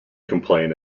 complaint